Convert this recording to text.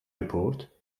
report